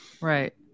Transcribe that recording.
Right